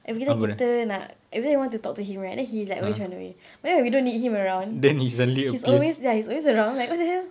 everytime kita nak everytime I want to talk to him right then he always run away but then when we don't need him around he's always ya he's always around like what the hell